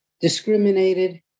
discriminated